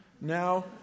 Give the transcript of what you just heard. Now